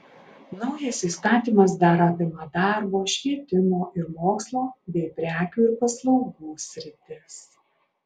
naujas įstatymas dar apima darbo švietimo ir mokslo bei prekių ir paslaugų sritis